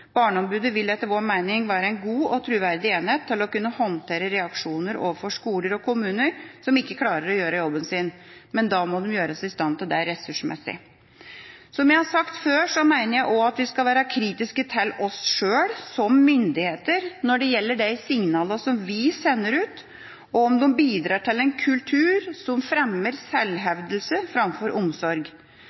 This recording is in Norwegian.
Barneombudet vil etter vår mening være en god og troverdig enhet til å kunne håndtere reaksjoner overfor skoler og kommuner som ikke klarer å gjøre jobben sin. Men da må de gjøres i stand til det, ressursmessig. Som jeg har sagt før, mener jeg også at vi skal være kritiske til oss sjøl som myndigheter når det gjelder de signalene som vi sender ut, og om de bidrar til en kultur som fremmer sjølhevdelse framfor omsorg.